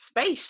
space